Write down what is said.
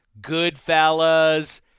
Goodfellas